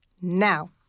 now